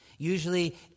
Usually